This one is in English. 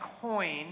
coin